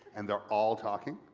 and they're all talking,